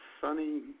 sunny